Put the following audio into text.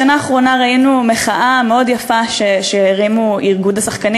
בשנה האחרונה ראינו מחאה מאוד יפה שהרימו ארגון השחקנים